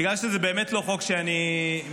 בגלל שזה באמת לא חוק שאני מתכוון